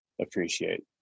appreciate